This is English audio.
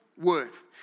worth